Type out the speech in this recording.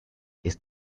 ist